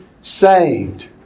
saved